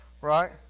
Right